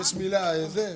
הישיבה ננעלה בשעה